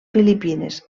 filipines